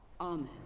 Amen